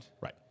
right